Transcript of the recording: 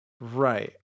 Right